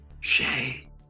Shay